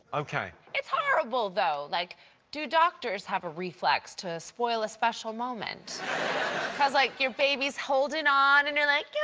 ok. it's horrible, though. like do doctors have a reflex to spoil a special moment? cos like your baby is holding on and you're like, yeah